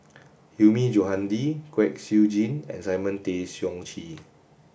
Hilmi Johandi Kwek Siew Jin and Simon Tay Seong Chee